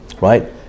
right